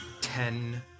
Ten